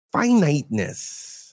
finiteness